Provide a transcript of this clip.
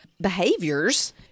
behaviors